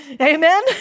Amen